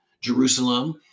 Jerusalem